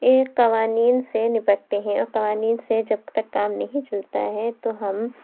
ایک قوانین سے نپٹتے ہیں اور قوانین سے جب تک کام نہیں چلتا ہے تو ہم